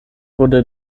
wurde